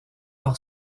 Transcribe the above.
par